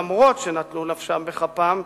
אף-על-פי שנתנו נפשם בכפם,